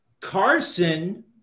Carson